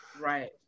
Right